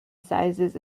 sizes